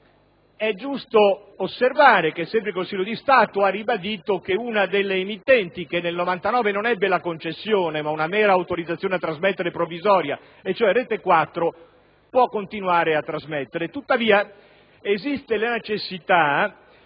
è giusto osservare che sempre il Consiglio di Stato ha ribadito che una delle emittenti che nel 1999 non ebbe la concessione ma una mera autorizzazione a trasmettere provvisoria, cioè Retequattro, può continuare a trasmettere. Tuttavia esiste la necessità